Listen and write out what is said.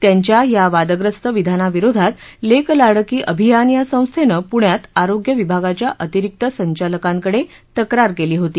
त्यांच्या या वादग्रस्त विधानाविरोधात लेक लाडकी अभियान या संस्थेनं पुण्यात आरोग्य विभागाच्या अतिरिक्त संचालकांकडे तक्रार केली होती